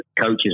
coaches